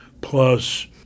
plus